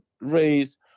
raise